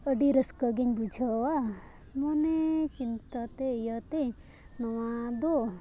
ᱟᱹᱰᱤ ᱨᱟᱹᱥᱠᱟᱹᱜᱤᱧ ᱵᱩᱡᱷᱟᱹᱣᱟ ᱢᱚᱱᱮ ᱪᱤᱱᱛᱟᱹᱛᱮ ᱤᱭᱟᱹᱛᱮ ᱱᱚᱣᱟ ᱫᱚ